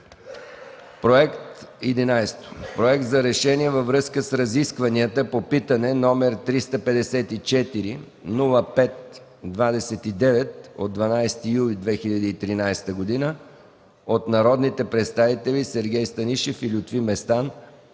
11. Проект за решение във връзка с разискванията по питане № 354-05-29 от 12 юли 2013 г. от народните представители Сергей Станишев и Лютви Местан